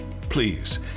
please